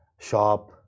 Shop